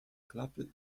klapy